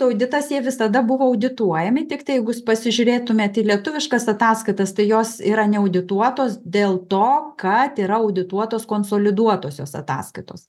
auditas jie visada buvo audituojami tiktai jeigu pasižiūrėtumėt į lietuviškas ataskaitas tai jos yra neaudituotos dėl to kad yra audituotos konsoliduotosios ataskaitos